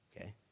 Okay